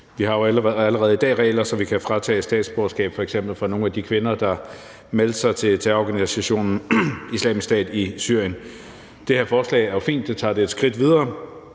Vi har jo allerede i dag regler, så vi kan fratage statsborgerskab f.eks. fra nogle af de kvinder, der meldte sig til terrororganisationen Islamisk Stat i Syrien. Det her forslag er jo fint; det tager det et skridt videre.